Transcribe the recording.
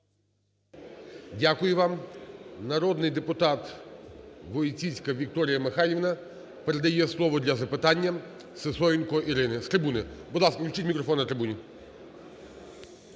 Дякую вам. Народний депутат Войціцька Вікторія Михайлівна передає слово для запитання Сисоєнко Ірині. З трибуни. Будь ласка, включіть мікрофон на трибуні.